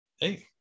hey